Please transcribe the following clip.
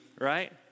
right